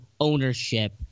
ownership